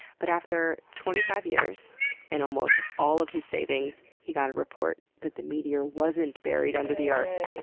but after twenty five years and almost all of his savings he got a report that the meteor wasn't buried under the earth.